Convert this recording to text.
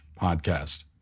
podcast